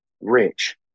rich